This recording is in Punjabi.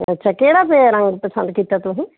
ਅੱਛਾ ਕਿਹੜਾ ਫਿਰ ਰੰਗ ਪਸੰਦ ਕੀਤਾ ਤੁਸੀਂ